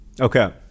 Okay